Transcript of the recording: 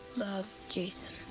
love, jason.